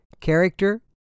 character